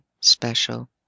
special